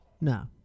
No